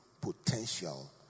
potential